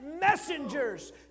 messengers